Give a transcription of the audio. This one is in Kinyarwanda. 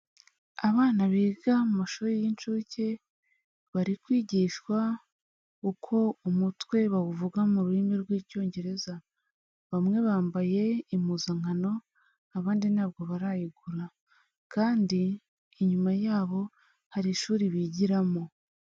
Abana biga mu mashuri y'incuke, bari kwigishwa uko umutwe bawuvuga mu rurimi rw'icyongereza, bamwe bambaye impuzankano abandi ntabwo barayigura, kandi inyuma yabo hari ishuri bigiramo.